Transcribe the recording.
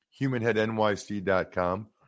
HumanHeadNYC.com